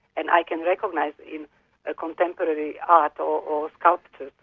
and i can recognise in ah contemporary art or or sculpture,